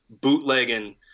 bootlegging